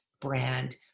brand